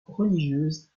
religieuse